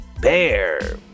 Bear